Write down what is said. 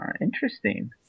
Interesting